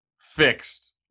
fixed